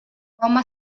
home